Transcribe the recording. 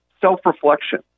self-reflection